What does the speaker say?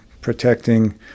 protecting